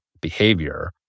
behavior